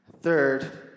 Third